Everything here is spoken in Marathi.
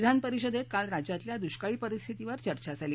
विधान परिषदेत काल राज्यातल्या दृष्काळी परिस्थितीवर चर्चा झाली